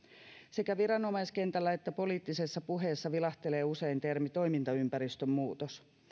sekä viranomaiskentällä että poliittisessa puheessa vilahtelee usein termi toimintaympäristön muutos